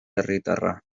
herritarra